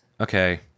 Okay